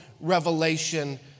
revelation